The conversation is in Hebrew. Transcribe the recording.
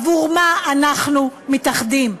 עבור מה אנחנו מתאחדים?